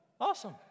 awesome